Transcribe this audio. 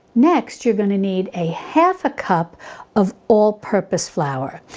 next, you're going to need a half a cup of all purpose flour.